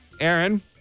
Aaron